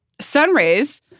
Sunrays